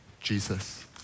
Jesus